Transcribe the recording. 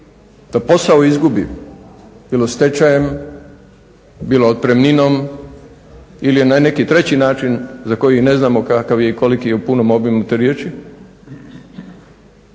da posao izgubi bilo stečajem, bilo otpremnimom ili na neki treći način za koji ne znamo kakav je i koliki je u punom obimu te riječi,